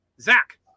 zach